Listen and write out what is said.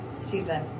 season